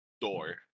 door